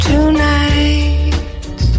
Tonight